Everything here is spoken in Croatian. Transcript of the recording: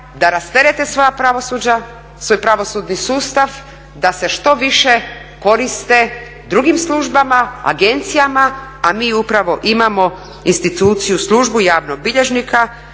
pravosuđa, svoj pravosudni sustav, da se što više koriste drugim službama, agencijama. A mi upravo imamo instituciju, službu javnog bilježnika